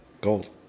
Gold